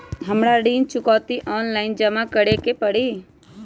हमरा ऋण चुकौती ऑनलाइन जमा करे के परी?